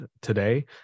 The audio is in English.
Today